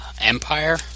Empire